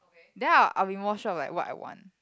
then I'll I'll be more sure of like what I want